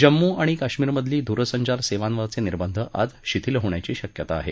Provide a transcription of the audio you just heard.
जम्मू आणि काश्मीरमधील दूरसंचार सेवांवरचे निर्बंध आज शिथील होण्याची शक्यता आहे